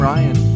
Ryan